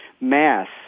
mass